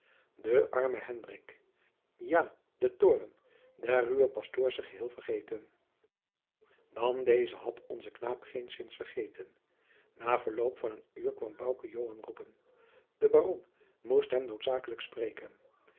armen hendrik ja den toorn der ruwe pastoorsche geheel vergeten dan deze had onzen knaap geenszins vergeten na verloop van een uur kwam bouke joan roepen de baron moest hem noodzakelijk spreken